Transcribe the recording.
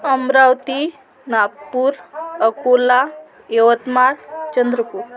Amravati Nagpur Akola Yavatmal Chandrapur